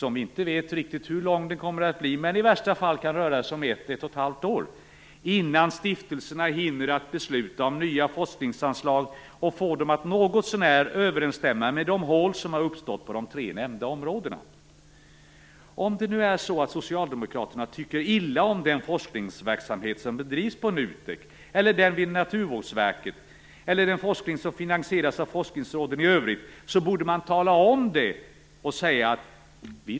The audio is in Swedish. Vi vet inte riktigt hur lång den kommer att bli, men i värsta fall kan det röra sig om 1-11⁄2 år, innan stiftelserna hinner besluta om nya forskningsanslag och få dem att något så när överensstämma med de hål som har uppstått på de tre nämnda områdena.